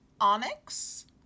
onyx